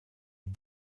est